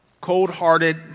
cold-hearted